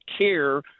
care